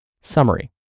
Summary